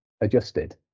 adjusted